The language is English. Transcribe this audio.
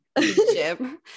Jim